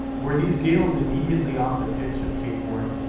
were these gales immediately off the pitch of cape horn?